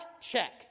check